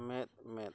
ᱢᱮᱫ ᱢᱮᱫ